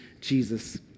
Jesus